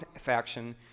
faction